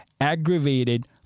aggravated